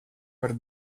par